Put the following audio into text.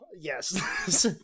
Yes